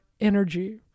energy